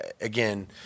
again